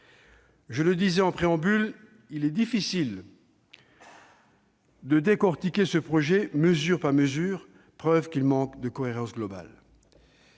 Je le soulignais en préambule, il est difficile de décortiquer ce projet de loi mesure par mesure, preuve qu'il manque de cohérence globale